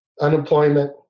unemployment